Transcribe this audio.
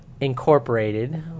Incorporated